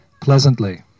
pleasantly